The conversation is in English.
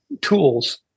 tools